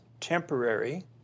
temporary